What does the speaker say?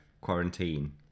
quarantine